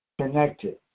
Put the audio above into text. Connected